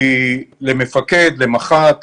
כי למח"ט,